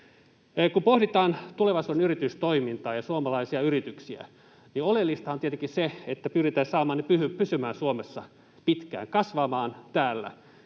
Kun pohditaan tulevaisuuden yritystoimintaa ja suomalaisia yrityksiä, niin oleellistahan on tietenkin se, että pyritään saamaan ne pysymään Suomessa pitkään, kasvamaan täällä.